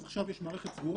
אז עכשיו יש מערכת סגורה,